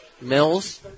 Mills